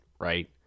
right